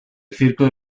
círculo